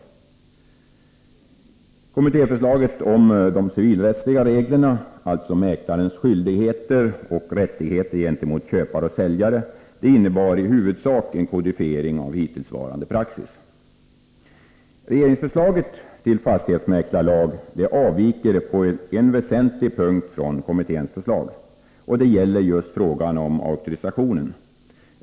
Kommittéförslaget innebar i fråga om de civilrättsliga reglerna, alltså mäklarens skyldigheter och rättigheter gentemot köpare och säljare, i huvudsak en kodifiering av hittillsvarande praxis. Regeringens förslag till fastighetsmäklarlag avviker på en mycket väsentlig punkt från kommitténs förslag. Det gäller just frågan om auktorisationen.